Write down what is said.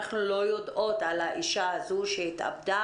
אנחנו לא יודעות על האישה הזו שהתאבדה